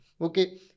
Okay